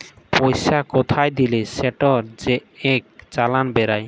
পইসা কোথায় দিলে সেটর যে ইক চালাল বেইরায়